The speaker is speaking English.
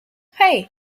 hey